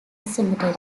cemetery